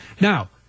Now